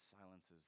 silences